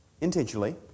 intentionally